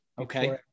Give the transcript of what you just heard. Okay